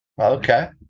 Okay